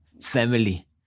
family